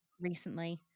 recently